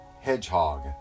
hedgehog